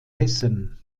hessen